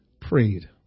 prayed